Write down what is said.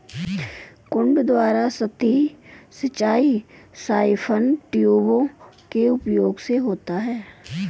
कुंड द्वारा सतही सिंचाई साइफन ट्यूबों के उपयोग से होता है